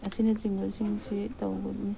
ꯑꯁꯤꯅꯆꯤꯡꯕꯁꯤꯡꯁꯤ ꯇꯧꯒꯅꯤ